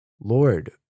Lord